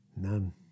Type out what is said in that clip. None